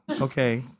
Okay